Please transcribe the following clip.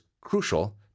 crucial